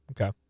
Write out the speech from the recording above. Okay